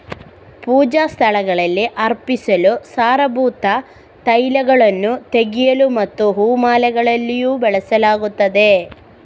ಪೂಜಾ ಸ್ಥಳಗಳಲ್ಲಿ ಅರ್ಪಿಸಲು, ಸಾರಭೂತ ತೈಲಗಳನ್ನು ತೆಗೆಯಲು ಮತ್ತು ಹೂ ಮಾಲೆಗಳಲ್ಲಿಯೂ ಬಳಸಲಾಗುತ್ತದೆ